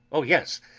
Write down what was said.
oh yes!